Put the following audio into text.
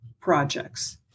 projects